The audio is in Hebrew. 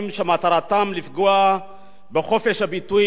שמטרתם לפגוע בחופש הביטוי,